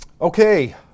okay